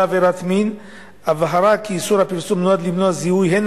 עבירת מין הבהרה שאיסור הפרסום נועד למנוע זיהוי הן